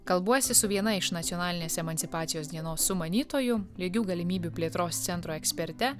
kalbuosi su viena iš nacionalinės emancipacijos dienos sumanytojų lygių galimybių plėtros centro eksperte